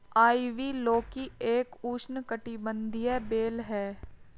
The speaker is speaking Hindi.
आइवी लौकी एक उष्णकटिबंधीय बेल है